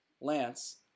Lance